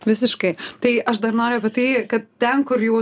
visiškai tai aš dar noriu apie tai kad ten kur jau